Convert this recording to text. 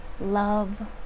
love